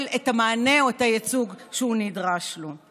את המענה או את הייצוג שהוא נדרש לו.